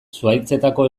zuhaitzetako